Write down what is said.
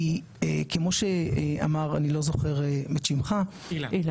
כי כמו שאמר אילן,